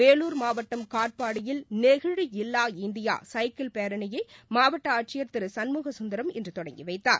வேலூர் மாவட்டம் காட்பாடியில் நெகிழி இல்லா இந்தியா சைக்கிள் பேரணியை மாவட்ட ஆட்சியர் திரு சண்முக சுந்தரம் இன்று தொடங்கி வைத்தார்